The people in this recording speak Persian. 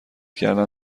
کردن